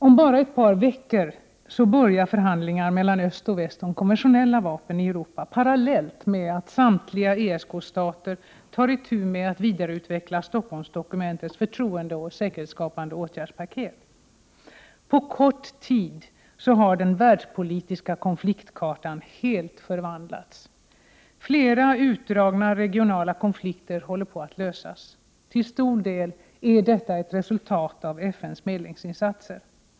Om bara ett par veckor börjar förhandlingar mellan öst och väst om konventionella vapen i Europa parallellt med att samtliga ESK-stater tar itu med att vidareutveckla Stockholmsdokumentets förtroendeoch säkerhetsskapande åtgärdspaket. På kort tid har den världspolitiska konfliktkartan helt förvandlats. Flera utdragna regionala konflikter håller på att lösas. Till stor del är detta ett resultat av FN:s medlingsinsatser.